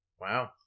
Wow